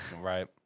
Right